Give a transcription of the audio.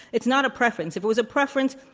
it's not a preference. if it was a preference,